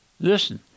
Listen